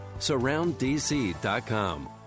SurroundDC.com